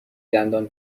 دندان